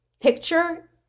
picture